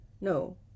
no